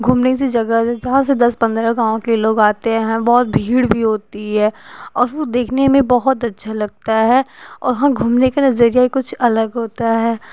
घूमने सी जगह जहाँ से दस पंद्रह गाँव के लोग आते हैं बहुत भीड़ भी होती है और वह देखने में बहुत अच्छा लगता है और वहाँ घूमने का नजरिया ही कुछ अलग होता है